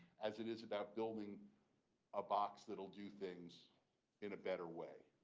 as it is about building a box that will do things in a better way.